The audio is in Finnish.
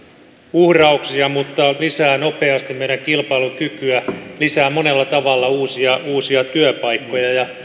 uhrauksia mutta lisää nopeasti meidän kilpailukykyä lisää monella tavalla uusia uusia työpaikkoja ja